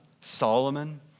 Solomon